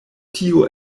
tio